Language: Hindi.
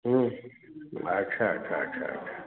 अच्छा अच्छा अच्छा अच्छा